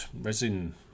resin